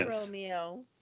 Romeo